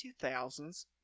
2000s